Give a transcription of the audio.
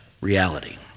reality